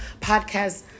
podcast